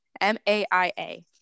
M-A-I-A